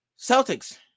Celtics